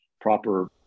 proper